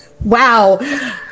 Wow